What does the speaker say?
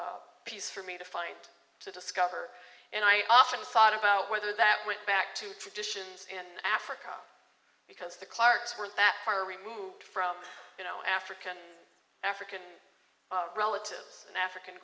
piece for me to find to discover and i often thought about whether that went back to traditions in africa because they were that far removed from you know african african relatives an african